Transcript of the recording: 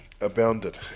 abounded